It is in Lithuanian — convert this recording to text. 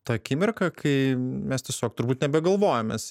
ta akimirka kai mes tiesiog turbūt nebegalvojam mes